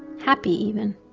happy even.